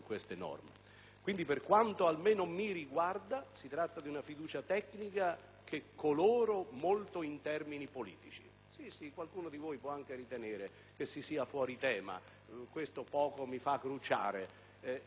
almeno per quanto mi riguarda si tratta di un fiducia tecnica che coloro molto in termini politici. Sì, qualcuno di voi può anche ritenere che si sia fuori tema. Questo poco mi fa crucciare.